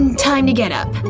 and time to get up.